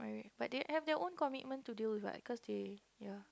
but they have their own commitments to do what cause they ya